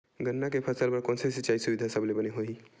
गन्ना के फसल बर कोन से सिचाई सुविधा सबले बने होही?